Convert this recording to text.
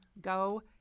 go